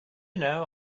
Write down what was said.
know